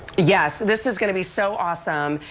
yes, this is going to be so awesome.